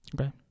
Okay